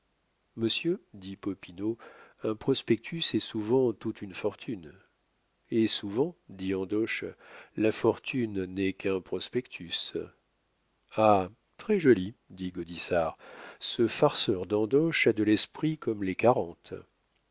monsieur dit popinot un prospectus est souvent toute une fortune et souvent dit andoche la fortune n'est qu'un prospectus ah très-joli dit gaudissart ce farceur d'andoche a de l'esprit comme les